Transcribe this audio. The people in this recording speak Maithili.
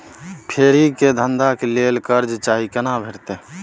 फेरी के धंधा के लेल कर्जा चाही केना भेटतै?